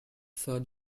sir